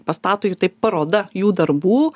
pastato jų taip paroda jų darbų